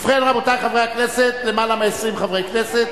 ובכן, רבותי חברי הכנסת, למעלה מ-20 חברי כנסת